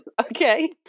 okay